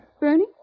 Bernie